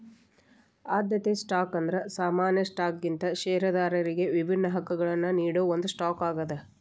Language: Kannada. ಆದ್ಯತೆ ಸ್ಟಾಕ್ ಅಂದ್ರ ಸಾಮಾನ್ಯ ಸ್ಟಾಕ್ಗಿಂತ ಷೇರದಾರರಿಗಿ ವಿಭಿನ್ನ ಹಕ್ಕಗಳನ್ನ ನೇಡೋ ಒಂದ್ ಸ್ಟಾಕ್ ಆಗ್ಯಾದ